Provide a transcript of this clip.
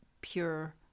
pure